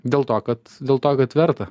dėl to kad dėl to kad verta